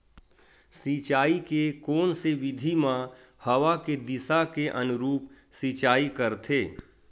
सिंचाई के कोन से विधि म हवा के दिशा के अनुरूप सिंचाई करथे?